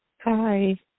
Hi